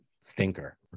stinker